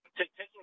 taking